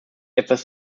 etwas